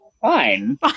fine